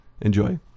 enjoy